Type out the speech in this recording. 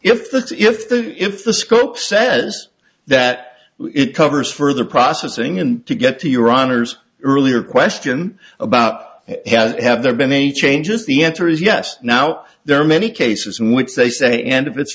the if the scope says that it covers further processing and to get to your honor's earlier question about have there been any changes the answer is yes now there are many cases in which they say and if it's